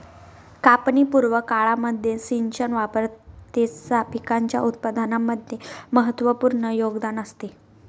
कापणी पूर्व काळामध्ये सिंचन वारंवारतेचा पिकाच्या उत्पादनामध्ये महत्त्वपूर्ण योगदान असते